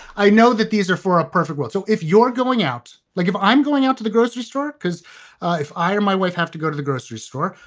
i know that these are for a perfect world. so if you're going out like if i'm going out to the grocery store. because if i or my wife have to go to the grocery store,